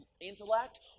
intellect